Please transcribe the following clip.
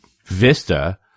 Vista